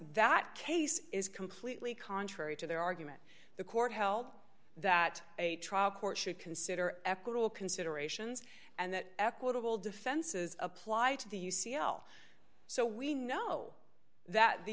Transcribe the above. that case is completely contrary to their argument the court held that a trial court should consider equitable considerations and that equitable defenses apply to the u c l so we know that the